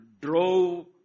drove